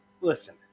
listen